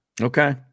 okay